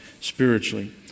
spiritually